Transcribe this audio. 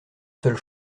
seule